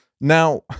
Now